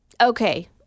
Okay